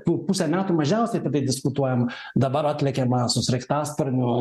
po pusę metų mažiausiai apie tai diskutuojama dabar atlekia va su sraigtasparniu